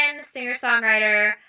singer-songwriter